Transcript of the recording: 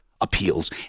appeals